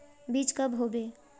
बीज कब होबे?